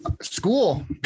School